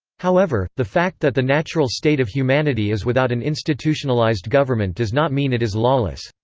however, the fact that the natural state of humanity is without an institutionalized government does not mean it is lawless.